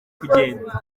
kugenda